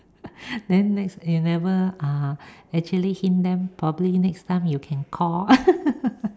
then next you never ah actually hint them probably next time you can Call